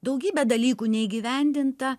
daugybė dalykų neįgyvendinta